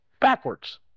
backwards